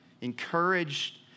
encouraged